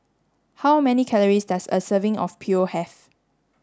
how many calories does a serving of Pho have